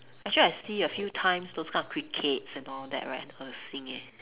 actually I see a few times those kind of crickets and all that right 很恶心 eh